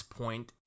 point